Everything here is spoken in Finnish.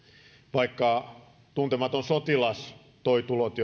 vaikka tuntematon sotilas toi tulot